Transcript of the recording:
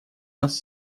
нас